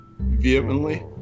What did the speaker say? Vehemently